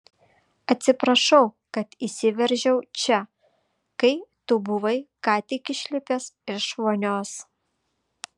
atsiprašau kad įsiveržiau čia kai tu buvai ką tik išlipęs iš vonios